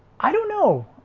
i don't know,